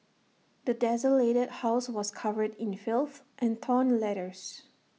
the desolated house was covered in filth and torn letters